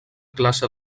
classe